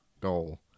goal